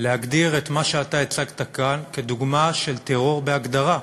להגדיר את מה שאתה הצגת כאן כדוגמה של טרור בהגדרה.